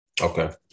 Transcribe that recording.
okay